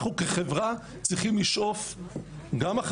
זה איפשר לי להוביל לוחמים